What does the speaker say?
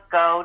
go